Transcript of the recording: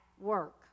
work